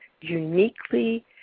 uniquely